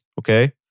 Okay